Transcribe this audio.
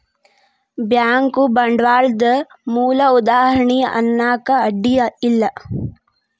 bank ಬಂಡ್ವಾಳದ್ ಮೂಲ ಉದಾಹಾರಣಿ ಅನ್ನಾಕ ಅಡ್ಡಿ ಇಲ್ಲಾ